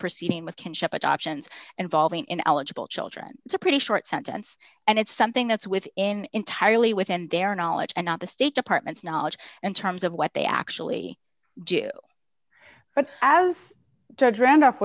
proceeding with kinship adoptions involving ineligible children it's a pretty short sentence and it's something that's within entirely within their knowledge and not the state department's knowledge and terms of what they actually do but as judge rend